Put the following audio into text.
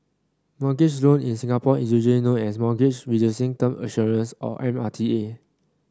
mortgage loan in Singapore is usually known as Mortgage Reducing Term Assurance or M R T A